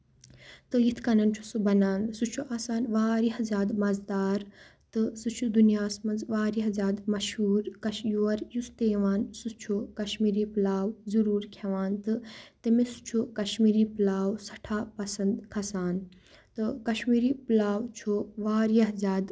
تہٕ یِتھ کَنَن چھُ سُہ بَنان سُہ چھُ آسان واریاہ زیادٕ مَزٕدار تہٕ سُہ چھُ دُنیاہَس منٛز واریاہ زیادٕ مشہوٗر یور یُس تہِ یِوان سُہ چھُ کَشمیٖری پلاو ضروٗر کھٮ۪وان تہٕ تٔمِس چھُ کَشمیٖری پٕلاو سٮ۪ٹھاہ پَسنٛد کھَسان تہٕ کَشمیٖری پٕلاو چھُ واریاہ زیادٕ